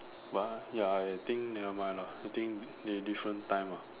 but ya I think nevermind lah I think they different time lah